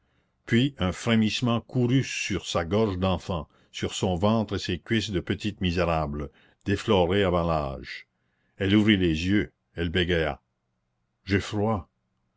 puis un frémissement courut sur sa gorge d'enfant sur son ventre et ses cuisses de petite misérable déflorée avant l'âge elle ouvrit les yeux elle bégaya j'ai froid